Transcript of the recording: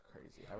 crazy